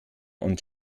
und